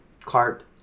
cart